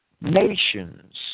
nations